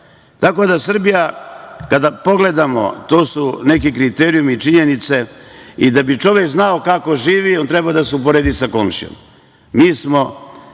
itd. Tako da, Srbija, kada pogledamo to su neki kriterijumi, činjenice i da bi čovek znao kako živi treba da se uporedi sa komšijom.